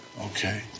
Okay